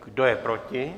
Kdo je proti?